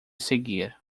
seguir